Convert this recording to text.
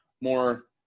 more